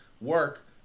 work